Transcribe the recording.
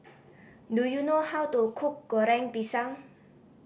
do you know how to cook Goreng Pisang